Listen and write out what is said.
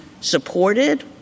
supported